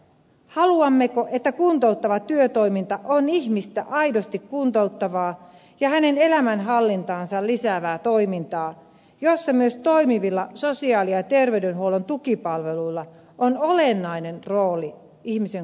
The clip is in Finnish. haluammeko että kuntouttava työtoiminta on ihmistä aidosti kuntouttavaa ja hänen elämänhallintaansa lisäävää toimintaa jossa myös toimivilla sosiaali ja terveydenhuollon tukipalveluilla on olennainen rooli ihmisen kuntouttamisessa